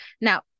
Now